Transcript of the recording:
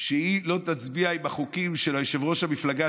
שהיא לא תצביע עם החוקים של יושב-ראש המפלגה